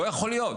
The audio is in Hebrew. לא יכול להיות.